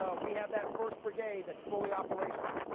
ah we have that first brigade that's fully operational.